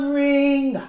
ring